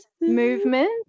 movement